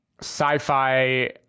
sci-fi